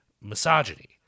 misogyny